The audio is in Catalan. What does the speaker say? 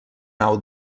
nau